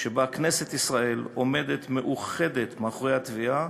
שבו כנסת ישראל עומדת מאוחדת מאחורי התביעה